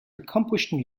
accomplished